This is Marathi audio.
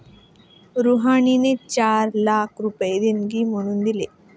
रुहानीने चार लाख रुपये देणगी म्हणून दिले